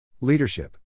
Leadership